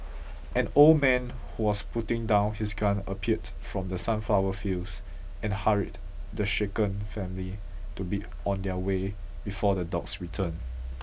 an old man who was putting down his gun appeared from the sunflower fields and hurried the shaken family to be on their way before the dogs return